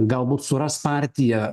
galbūt suras partiją